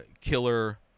killer